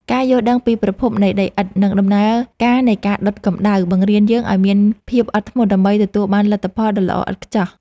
ការយល់ដឹងពីប្រភពនៃដីឥដ្ឋ និង ដំណើរការនៃការដុតកម្ដៅ បង្រៀនយើងឱ្យមានភាពអត់ធ្មត់ដើម្បីទទួលបានលទ្ធផលដ៏ល្អឥតខ្ចោះ។